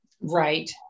Right